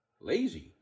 Lazy